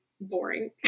boring